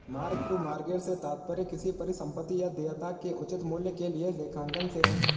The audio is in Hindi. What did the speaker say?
मार्क टू मार्केट से तात्पर्य किसी परिसंपत्ति या देयता के उचित मूल्य के लिए लेखांकन से है